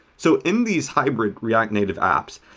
so in these hybrid react native apps,